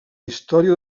història